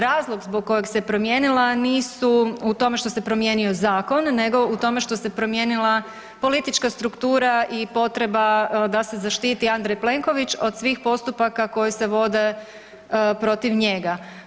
Razlog zbog kojeg se promijenila nisu u tome što se promijenio zakon nego u tome što se promijenila politička struktura i potreba da se zaštiti Andrej Plenković od svih postupaka koji se vode protiv njega.